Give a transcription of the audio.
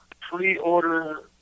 pre-order